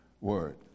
word